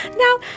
Now